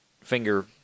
finger